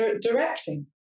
directing